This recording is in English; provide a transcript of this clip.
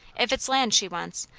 if it's land she wants,